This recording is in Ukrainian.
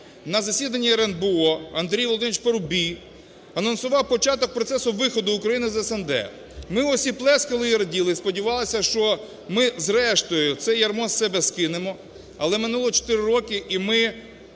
на засідання РНБО Андрій Володимирович Парубій анонсував початок процесу виходу України з СНД. Ми всі плескали і раділи, сподівалися, що ми зрештою це ярмо з себе скинемо. Але минуло чотири